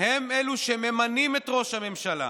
הם שממנים את ראש הממשלה,